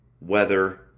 weather